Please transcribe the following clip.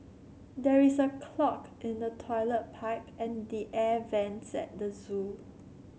there is a clog in the toilet pipe and the air vents at the zoo